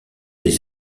des